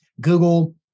Google